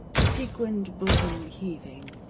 sequined bosom heaving.